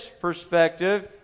perspective